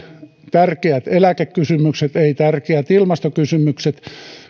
tärkeät eläkekysymykset tärkeät ilmastokysymykset